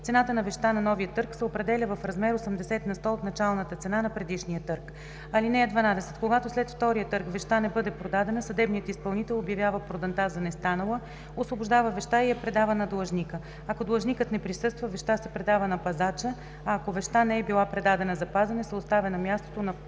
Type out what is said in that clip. Цената на вещта на новия търг се определя в размер 80 на сто от началната цена на предишния търг. (12) Когато след втория търг вещта не бъде продадена, съдебният изпълнител обявява проданта за не станала, освобождава вещта и я предава на длъжника. Ако длъжникът не присъства, вещта се предава на пазача, а ако вещта не е била предадена за пазене, се оставя на мястото на проданта